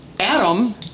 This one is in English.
Adam